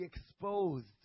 exposed